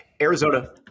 Arizona